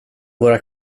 våra